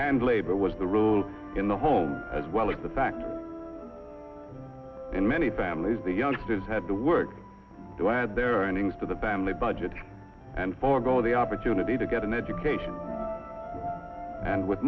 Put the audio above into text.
and labor was the rule in the home as well as the fact in many families the youngsters had to work to add their earnings to the band aid budget and forego the opportunity to get an education and with